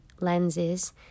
lenses